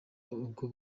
ubwo